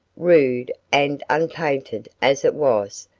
rude and unpainted as it was,